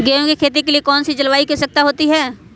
गेंहू की खेती के लिए कौन सी जलवायु की आवश्यकता होती है?